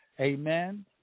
Amen